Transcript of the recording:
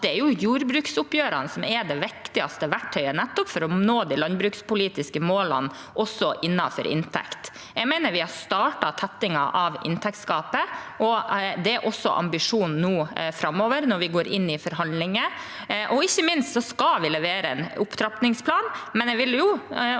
det er jordbruksoppgjørene som er det viktigste verktøyet for å nå de landbrukspolitiske målene også innenfor inntekt. Jeg mener vi har startet tettingen av inntektsgapet, og det er også ambisjonen nå framover når vi går inn i forhandlinger – ikke minst skal vi levere en opptrappingsplan. Jeg vil også